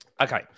Okay